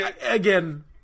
Again